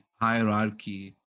hierarchy